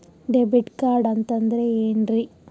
Debit card ಅಂತಂದ್ರೆ ಏನ್ರೀ?